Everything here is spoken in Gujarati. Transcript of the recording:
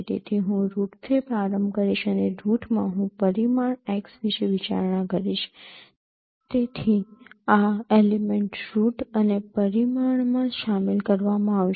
તેથી હું રૂટથી પ્રારંભ કરીશ અને રૂટમાં હું પરિમાણ x વિશે વિચારણા કરીશ તેથી આ એલિમેન્ટ રૂટ અને પરિમાણમાં શામેલ કરવામાં આવશે